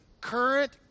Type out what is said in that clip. current